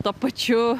tuo pačiu